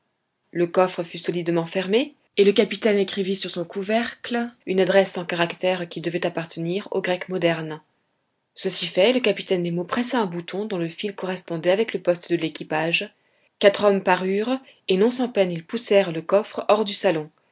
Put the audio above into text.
le coffre fut solidement fermé et le capitaine écrivit sur son couvercle une adresse en caractères qui devaient appartenir au grec moderne ceci fait le capitaine nemo pressa un bouton dont le fil correspondait avec le poste de l'équipage quatre homme parurent et non sans peine ils poussèrent le coffre hors du salon